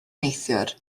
neithiwr